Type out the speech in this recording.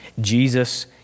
Jesus